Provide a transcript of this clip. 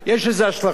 יש לזה השלכות.